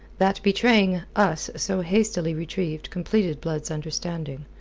that betraying us so hastily retrieved completed blood's understanding.